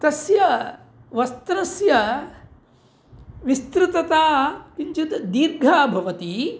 तस्य वस्त्रस्य विस्तृतता किञ्चित् दीर्घा भवति